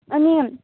अनि